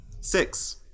Six